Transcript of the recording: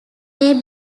may